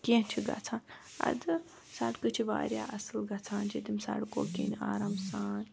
کیٚنٛہہ چھِ گَژھان اَدٕ سَڑکہٕ چھِ واریاہ اصل گَژھان چھِ تِم سَڑکو کِنۍ آرام سان